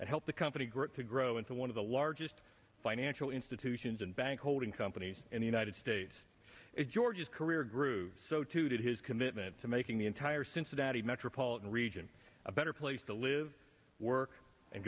to help the company group to grow into one of the largest financial institutions and bank holding companies in the united states george's career grew so too did his commitment to making the entire cincinnati metropolitan region a better place to live work and